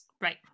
right